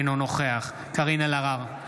אינו נוכח קארין אלהרר,